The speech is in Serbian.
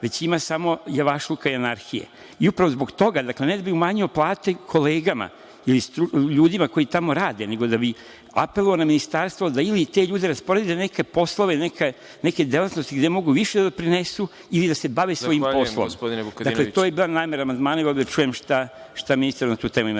već ima samo javašluka i anarhije. Upravo zbog toga, dakle ne da bi manje plate kolegama ili ljudima koji tamo rade, nego da bih apelovao na Ministarstvo da ili te ljude rasporede na neke poslove ili na neke delatnosti gde mogu više da doprinese, ili da se bave svojim poslom. Dakle, to je bila namera amandmana i voleo bih da čujem šta ministar ima na to da